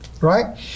right